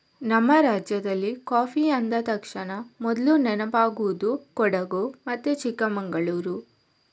ನಮ್ಮ ರಾಜ್ಯದಲ್ಲಿ ಕಾಫಿ ಅಂದ ತಕ್ಷಣ ಮೊದ್ಲು ನೆನಪಾಗುದು ಕೊಡಗು ಮತ್ತೆ ಚಿಕ್ಕಮಂಗಳೂರು